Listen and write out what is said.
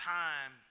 time